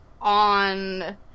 on